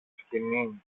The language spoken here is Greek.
σκοινί